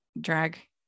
drag